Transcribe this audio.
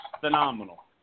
phenomenal